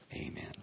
Amen